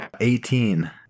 Eighteen